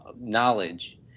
knowledge